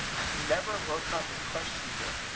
i've never woken up and questioned it.